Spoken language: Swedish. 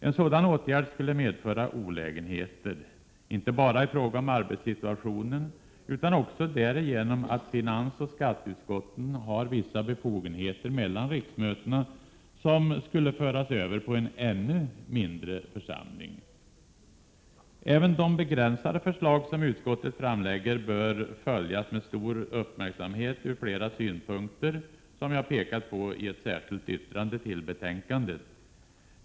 En sådan åtgärd skulle medföra olägenheter, inte bara i fråga om arbetssituationen utan också därför att finansoch skatteutskotten har vissa befogenheter mellan riksmötena som skulle föras över på en ännu mindre församling. Även de begränsade förslag som utskottet framlägger bör ur flera synpunkter följas med stor uppmärksamhet, vilket jag pekat på i ett särskilt yttrande till betänkandet.